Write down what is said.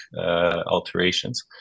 alterations